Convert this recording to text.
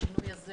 שהשינוי הזה